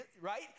Right